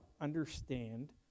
understand